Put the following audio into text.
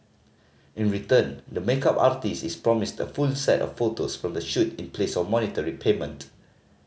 in return the makeup artist is promised a full set of photos from the shoot in place of monetary payment